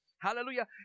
hallelujah